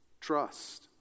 trust